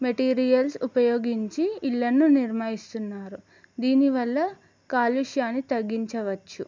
materials ఉపయోగించి ఇళ్ళలను నిర్మిస్తున్నారు దీనివల్ల కాలుష్యాన్ని తగ్గించవచ్చు